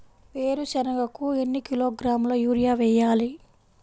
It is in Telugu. వేరుశనగకు ఎన్ని కిలోగ్రాముల యూరియా వేయాలి?